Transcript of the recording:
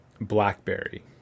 blackberry